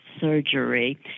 surgery